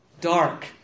Dark